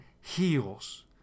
heals